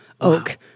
oak